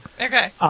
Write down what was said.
okay